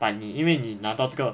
but 你因为你拿到这个